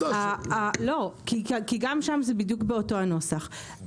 כי גם שם זה בדיוק באותו הנוסח.